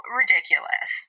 ridiculous